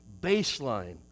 baseline